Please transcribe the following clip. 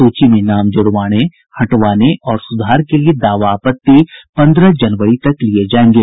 सूची में नाम जुड़वाने हटवाने या सुधार के लिए दावा आपत्ति पन्द्रह जनवरी तक लिये जायेंगे